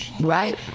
right